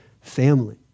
family